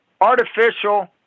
artificial